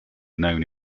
known